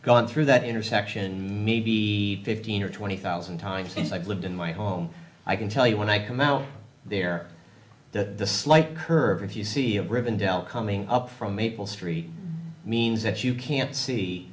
gone through that intersection may be fifteen or twenty thousand times since i've lived in my home i can tell you when i come out there that the slight herb if you see a ribbon del coming up from maple street means that you can't see